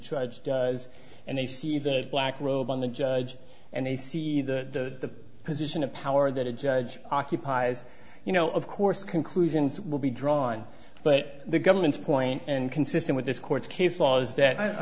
judge does and they see those black robe on the judge and they see the position of power that a judge occupies you know of course conclusions will be drawn but the government's point and consistent with this court case was that i